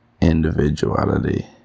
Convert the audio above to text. individuality